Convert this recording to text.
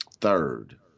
Third